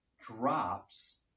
drops